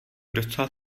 docela